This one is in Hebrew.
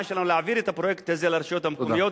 שלנו להעביר את הפרויקט הזה לרשויות המקומיות.